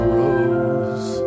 rose